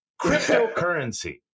Cryptocurrency